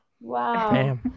Wow